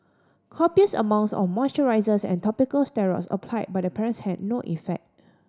copious amounts of moisturisers and topical steroids apply by the parents had no effect